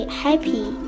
happy